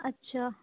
اچھا